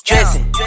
Dressing